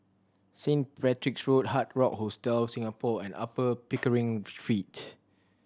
Saint Patrick's Road Hard Rock Hostel Singapore and Upper Pickering Street